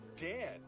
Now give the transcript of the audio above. dead